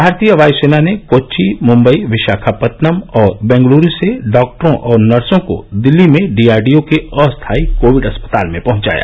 भारतीय वायुसेना ने कोचि मुंबई विशाखापत्तनम और बेंगलुरू से डॉक्टरों और नर्सों को दिल्ली में डीआरडीओ के अस्थायी कोविड अस्पताल में पहंचाया